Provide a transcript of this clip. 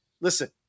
Listen